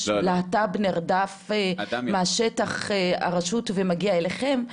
יש להט"ב נרדף משטח הרשות ומגיע אליכם?